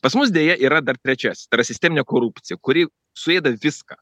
pas mus deja yra dar trečiasis tai yra sisteminė korupcija kuri suėda viską